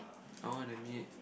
I wanna meet